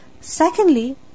Secondly